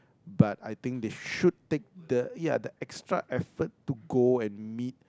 but I think they should take the ya the extra effort to go and meet